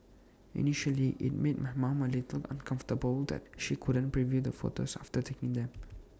initially IT made my mom A little uncomfortable that she couldn't preview the photos after taking them